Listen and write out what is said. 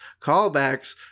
Callbacks